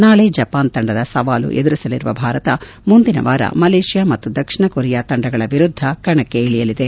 ನಾಳಿ ಜಪಾನ್ ತಂಡದ ಸವಾಲು ಎದುರಿಸಲಿರುವ ಭಾರತ ಮುಂದಿನ ವಾರ ಮಲೇಷ್ಯಾ ಮತ್ತು ದಕ್ಷಿಣ ಕೊರಿಯಾ ತಂಡಗಳ ವಿರುದ್ದ ಕಣಕ್ಕಿ ಳಿಯಲಿದೆ